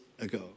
ago